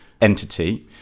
entity